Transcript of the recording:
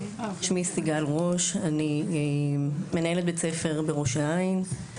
אני מנהלת בית ספר בראש העין,